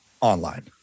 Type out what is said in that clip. online